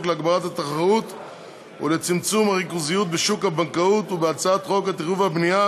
להגברת התחרות ולצמצום הריכוזיות בשוק הבנקאות ובהצעת חוק התכנון והבנייה